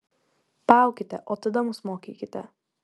paaukite o tada mus mokykite